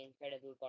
incredible